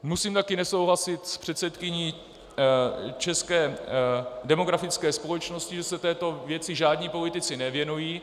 Musím také nesouhlasit s předsedkyní České demografické společnosti, že se této věci žádní politici nevěnují.